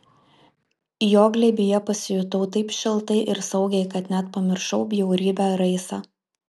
jo glėbyje pasijutau taip šiltai ir saugiai kad net pamiršau bjaurybę raisą